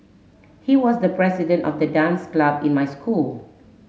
he was the president of the dance club in my school